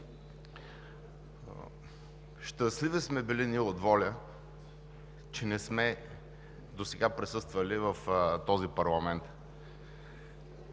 Щастливи сме били ние от „Воля“, че досега не сме присъствали в този парламент.